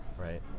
right